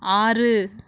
ஆறு